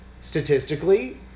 Statistically